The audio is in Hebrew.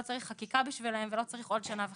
צריך חקיקה בשבילם ולא צריך עוד שנה וחצי.